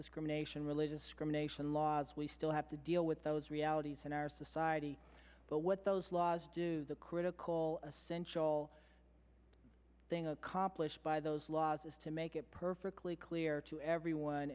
discrimination religious criminal laws we still have to deal with those realities in our society but what those laws do the critical essential thing accomplished by those laws is to make it perfectly clear to everyone